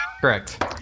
Correct